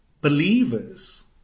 believers